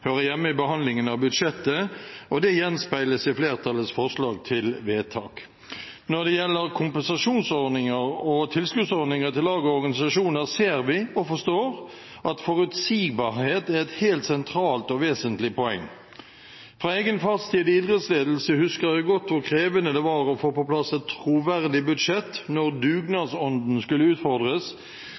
hører hjemme i behandlingen av budsjettet, og det gjenspeiles i flertallets forslag til vedtak. Når det gjelder kompensasjonsordninger og tilskuddsordninger til lag og organisasjoner, ser vi, og forstår, at forutsigbarhet er et helt sentralt og vesentlig poeng. Fra egen fartstid i idrettsledelse husker jeg godt hvor krevende det var å få på plass et troverdig budsjett når dugnadsånden skulle utfordres,